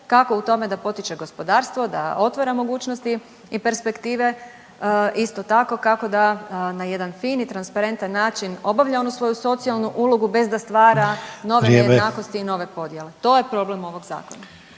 kako u tome da potiče gospodarstvo, da otvara mogućnosti i perspektive, isto tako kako da na jedan fini, transparentan način obavlja onu svoju socijalnu ulogu bez da stvar nove nejednakosti i nove podjele. **Sanader, Ante